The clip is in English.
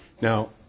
Now